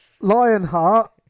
Lionheart